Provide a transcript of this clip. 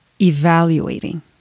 Evaluating